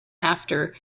after